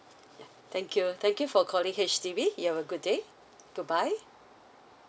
yeah thank you thank you for calling H_D_B you have a good day goodbye